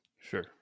Sure